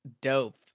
Dope